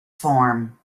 form